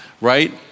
right